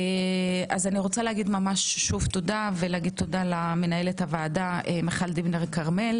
אני רוצה להודות שוב למנהלת הוועדה מיכל דיבנר כרמל